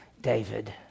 David